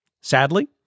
sadly